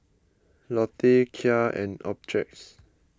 Lotte Kia and Optrex